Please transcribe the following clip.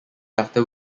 after